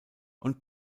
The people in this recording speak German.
und